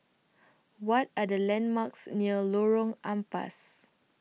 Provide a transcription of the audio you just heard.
What Are The landmarks near Lorong Ampas